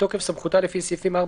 בתוקף סמכותה לפי סעיפים 4,